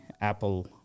Apple